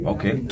Okay